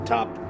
Top